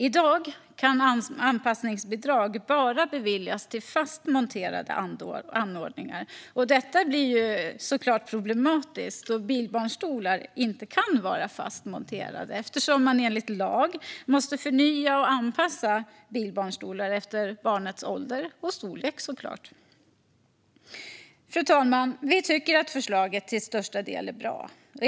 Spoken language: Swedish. I dag kan anpassningsbidrag bara beviljas för fast monterade anordningar. Detta blir såklart problematiskt då bilbarnstolar inte kan vara fast monterade, eftersom man enligt lag måste förnya och anpassa bilbarnstolar efter barnets ålder och storlek. Fru talman! Vi tycker att förslaget till största del är bra.